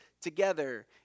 together